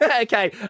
Okay